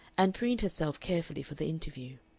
and preened herself carefully for the interview.